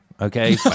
okay